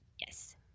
Yes